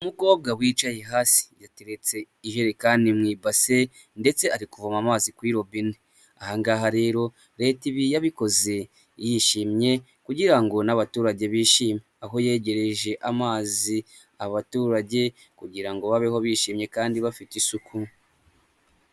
Umukobwa wicaye hasi yateretse ijerekani mu ibase ndetse ari kuvoma amazi kuri robine, aha ngaha rero Leta ibi yabikoze yishimye kugira ngo n'abaturage bishime, aho yegereje amazi abaturage kugira ngo babeho bishimye kandi bafite isuku.